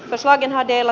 tasainen adele